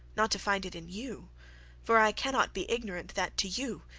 not to find it in you for i cannot be ignorant that to you,